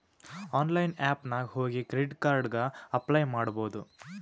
online app ನಾಗ್ ಹೋಗಿ credit card ಗ ಅಪ್ಲೈ ಮಾಡ್ಬೋದು